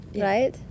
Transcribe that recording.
right